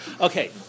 Okay